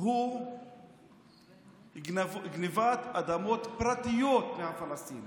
הוא גנבת אדמות פרטיות מהפלסטינים.